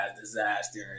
disaster